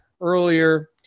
earlier